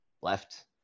left